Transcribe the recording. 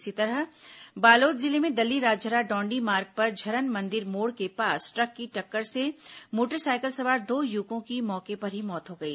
इसी तरह बालोद जिले में दल्लीराजहरा डौंडी मार्ग पर झरन मंदिर मोड़ के पास ट्रक की टक्कर से मोटरसाइकिल सवार दो युवकों की मौके पर ही मौत हो गई